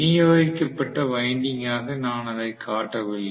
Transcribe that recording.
விநியோகிக்கப்பட்ட வைண்டிங்க் ஆக நான் அதை காட்டவில்லை